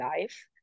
life